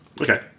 okay